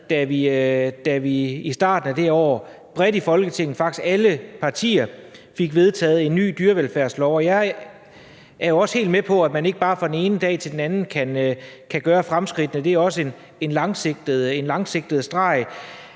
da vi i starten af året bredt i Folketinget, faktisk alle partier, fik vedtaget en ny dyrevelfærdslov, og jeg er også helt med på, at man ikke bare fra den ene dag til den anden kan gøre fremskridt, for det er også en langsigtet ting.